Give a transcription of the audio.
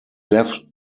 left